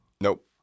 Nope